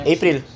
April